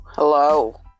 Hello